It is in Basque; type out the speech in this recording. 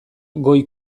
goi